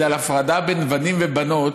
בגלל הפרדה בין בנים לבנות,